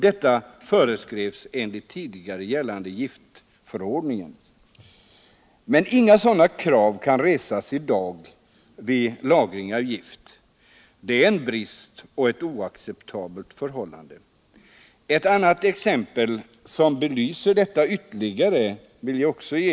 Detta föreskrevs i den tidigare gällande giftförordningen. Men inga sådana krav kan resas i dag vid lagring av gift. Det är en brist och ett oacceptabelt förhållande. Ett annat exempel som belyser detta ytterligare vill jag också ge.